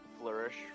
flourish